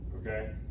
okay